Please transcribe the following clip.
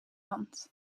hand